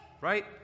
right